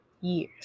years